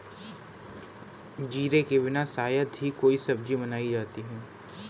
जीरे के बिना शायद ही कोई सब्जी बनाई जाती है